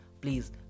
Please